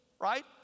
right